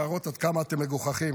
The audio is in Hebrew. להראות עד כמה אתם מגוחכים.